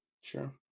Sure